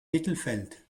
mittelfeld